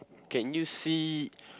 can you see